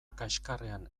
kaxkarrean